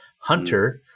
Hunter